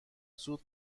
زود